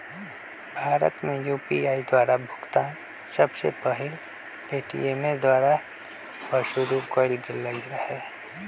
भारत में यू.पी.आई द्वारा भुगतान सबसे पहिल पेटीएमें द्वारा पशुरु कएल गेल रहै